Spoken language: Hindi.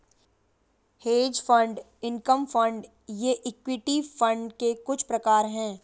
हेज फण्ड इनकम फण्ड ये इक्विटी फंड के कुछ प्रकार हैं